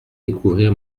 découvrir